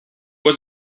was